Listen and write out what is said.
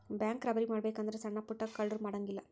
bank robbery ಮಾಡ್ಬೆಕು ಅಂದ್ರ ಸಣ್ಣಾ ಪುಟ್ಟಾ ಕಳ್ರು ಮಾಡಂಗಿಲ್ಲಾ